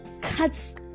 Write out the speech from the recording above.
cuts